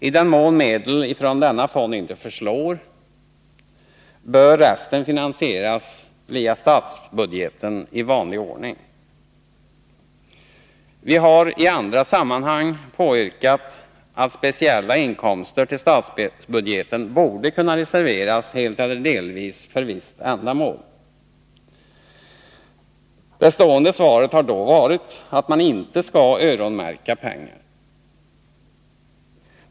I den mån medel från denna fond inte förslår anser vi att resten bör finansieras via statsbudgeten i vanlig ordning. Vi har i andra sammanhang påyrkat att speciella inkomster till statsbudgeten borde kunna reserveras helt eller delvis för visst ändamål. Det stående svaret har då varit att man inte skall ”öronmärka” pengar.